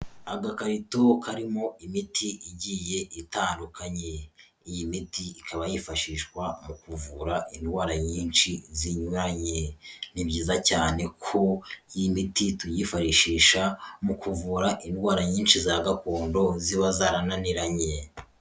Agakarito karimo imiti igiye itandukanye, iyi miti ikaba yifashishwa mu kuvura indwara nyinshi zinyuranye, ni byiza cyane ko iyi miti tuyifashishisha mu kuvura indwara nyinshi za gakondo ziba zarananiranye.